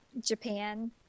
Japan